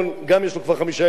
גם יש לו כבר חמישה ילדים,